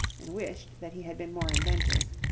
and wished that he had been more inventive.